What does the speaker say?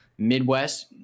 Midwest